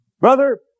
Brother